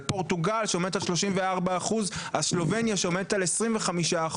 על פורטוגל שעומדת על 34%; על סלובניה שעומדת על 25%;